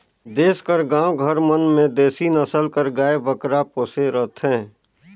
देस कर गाँव घर मन में देसी नसल कर गाय बगरा पोसे रहथें